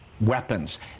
weapons